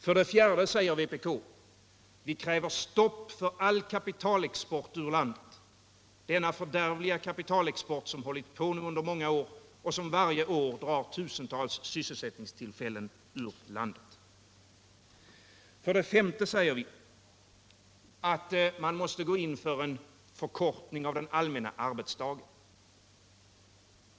För det fjärde säger vpk: Vi kräver stopp för all kapitalexport ur landet, denna fördärvliga kapitalexport som hållit på under många år och som varje år drar tusentals sysselsättningstillfällen ur landet. För det femte säger vpk att man måste gå in för en förkortning av den allmänna arbetsdagen.